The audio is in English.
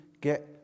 get